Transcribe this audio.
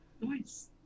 Nice